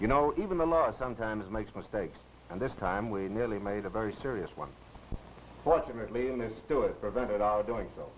you know even the law sometimes makes mistakes and this time we merely made a very serious one fortunately in this do it prevented our doing so